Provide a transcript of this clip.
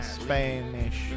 Spanish